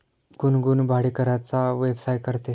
गुनगुन भाडेकराराचा व्यवसाय करते